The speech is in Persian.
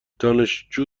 دانشجو